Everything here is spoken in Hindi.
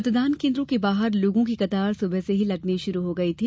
मतदान केन्द्रों के बाहर लोगों की कतार सुबह से ही लगना शुरू हो गई थी